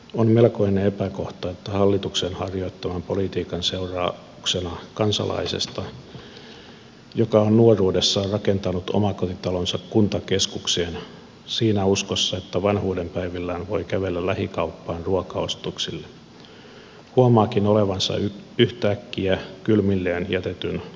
on melkoinen epäkohta että hallituksen harjoittaman politiikan seurauksena kansalainen joka on nuoruudessaan rakentanut omakotitalonsa kuntakeskukseen siinä uskossa että vanhuudenpäivillään voi kävellä lähikauppaan ruokaostoksille huomaakin olevansa yhtäkkiä kylmilleen jätetyn kunnantalon takana